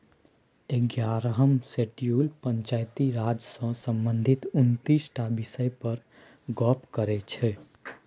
एगारहम शेड्यूल पंचायती राज सँ संबंधित उनतीस टा बिषय पर गप्प करै छै